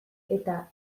eta